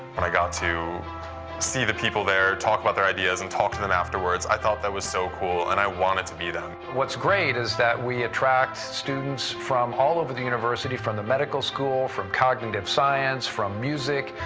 when i got to see the people there, talk about their ideas, and talk to them afterwards. i thought that was so cool, and i wanted to be them. what's great is that we attract students from all over the university, from the medical school, from cognitive science, from music,